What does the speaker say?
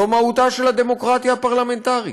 זו מהותה של הדמוקרטיה הפרלמנטרית.